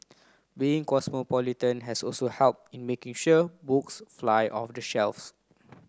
being cosmopolitan has also helped in making sure books fly off the shelves